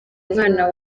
umwana